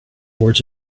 words